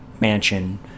mansion